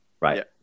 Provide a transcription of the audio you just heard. Right